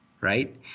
right